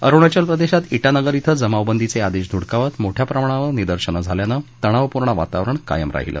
अरुणाचल प्रदेशात डोनगर थिं जमावबंदीचे आदेश धुडकावत मोठ्या प्रमाणावर निदर्शनं झाल्यानं तणावपूर्ण वातावरण कायम राहीलं